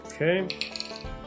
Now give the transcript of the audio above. Okay